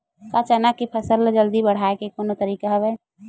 का चना के फसल ल जल्दी बढ़ाये के कोनो तरीका हवय?